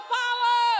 power